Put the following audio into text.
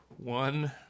One